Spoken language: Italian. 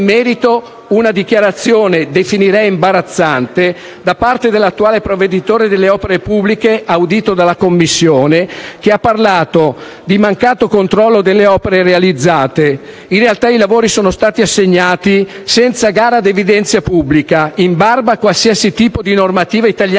in merito è una dichiarazione, che definirei imbarazzante, da parte dell'attuale Provveditore per le opere pubbliche, audito dalla Commissione, che ha parlato di mancato controllo delle opere realizzate. In realtà, i lavori sono stati assegnati senza gara ad evidenza pubblica, in barba a qualsiasi tipo di normativa italiana